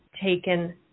taken